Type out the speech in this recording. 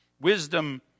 wisdom